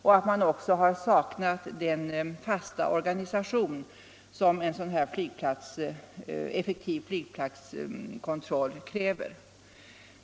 Man har också saknat den fasta organisation som en effektiv flygplatskontroll kräver.